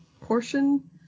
portion